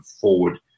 forward